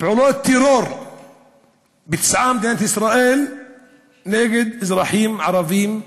פעולות טרור ביצעה מדינת ישראל נגד אזרחים ערבים בנגב?